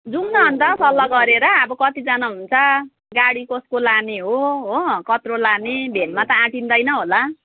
जुम्न अन्त सल्लाह गरेर अब कतिजना हुन्छ गाडी कसको लाने हो हो कत्रो लाने भ्यानमा त अटाउँदैन होला